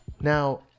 Now